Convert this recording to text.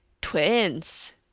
Twins